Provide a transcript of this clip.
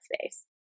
space